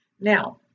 Now